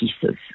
pieces